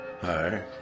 Hi